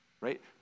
right